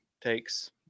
takes